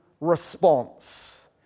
response